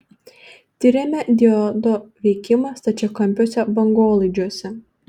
tyrėme diodo veikimą stačiakampiuose bangolaidžiuose